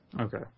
Okay